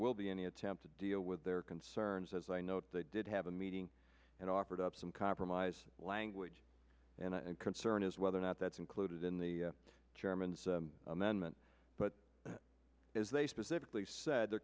will be any attempt to deal with their concerns as i note they did have a meeting and offered up some compromise language and concern is whether or not that's included in the chairman's amendment but as they specifically said they're